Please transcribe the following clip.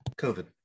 COVID